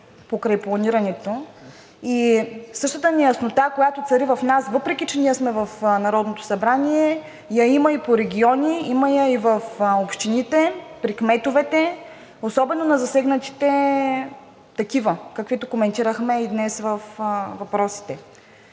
покрай планирането. Същата неяснота, която цари в нас, въпреки че ние сме в Народното събрание, я има и по региони, има я и в общините при кметовете, особено на засегнатите такива, каквито коментирахме и днес във въпросите.